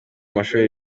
mashuri